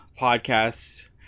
podcast